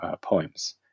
poems